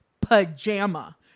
pajama